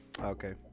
Okay